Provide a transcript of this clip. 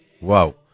Wow